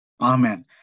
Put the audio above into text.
Amen